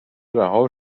رها